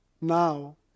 now